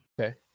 Okay